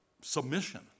submission